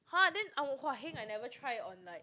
!huh! then heng I never try on like